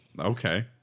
Okay